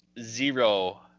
zero